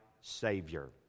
savior